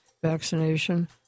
vaccination